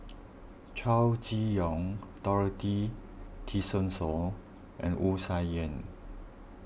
Chow Chee Yong Dorothy Tessensohn and Wu Tsai Yen